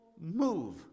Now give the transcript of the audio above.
move